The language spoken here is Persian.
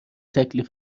تکمیل